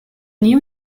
new